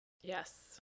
Yes